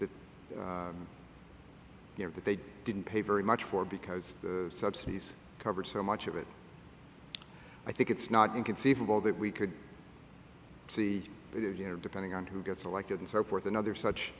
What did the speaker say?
that you know that they didn't pay very much for because the subsidies covered so much of it i think it's not inconceivable that we could see it you know depending on who gets elected and so forth and other such